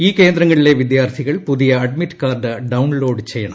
ഈ കേന്ദ്രങ്ങളിലെ വിദ്യാർത്ഥികൾ പുതിയ അഡ്മിറ്റ് കാർഡ് ഡൌൺലോഡ് ചെയ്യണം